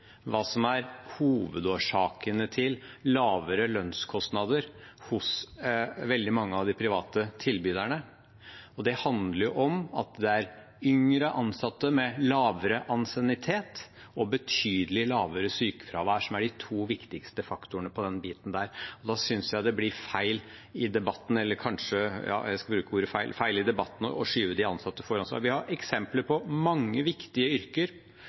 mange av de private tilbyderne. Det handler om at det er yngre ansatte med lavere ansiennitet og betydelig lavere sykefravær som er de to viktigste faktorene på den biten. Da synes jeg det blir feil i debatten å skyve de ansatte foran seg. Vi har eksempler på mange viktige yrker